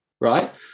right